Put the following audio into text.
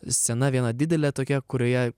scena viena didelė tokia kurioje